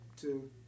two